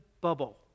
bubble